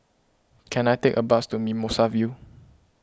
can I take a bus to Mimosa View